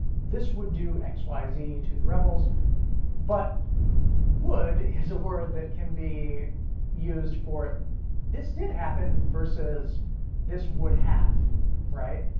this would do x y z to the rebels but wood is a word that can be used for it this did happen versus this would have right,